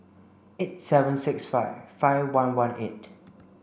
eight seven six five five one one eight